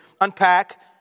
unpack